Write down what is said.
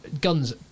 guns